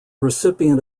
recipient